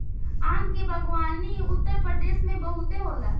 आम के बागवानी उत्तरप्रदेश में बहुते होला